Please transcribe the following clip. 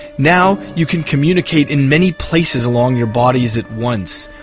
now you can communicate in many places along your bodies at once,